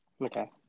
Okay